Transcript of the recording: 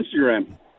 instagram